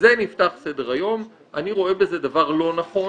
בזה נפתח סדר-היום, אני רואה בזה דבר לא נכון.